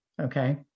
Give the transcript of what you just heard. okay